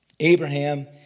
Abraham